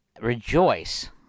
Rejoice